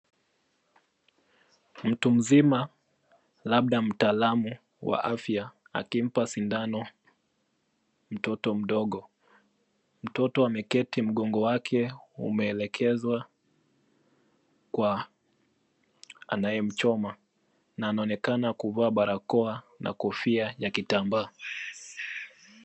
Mtu mzima, labda mtaalamu wa afya akimpa sindano mtoto mdogo. Mtoto ameketi mgongo wake umeelekezwa kwa anayemchoma na anaonekana kuvaa barakoa na kofia ya kitambaa.